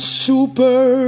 super